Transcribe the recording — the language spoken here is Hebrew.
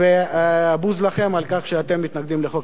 ובוז לכם על כך שאתם מתנגדים לחוק הזה.